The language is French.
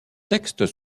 textes